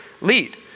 lead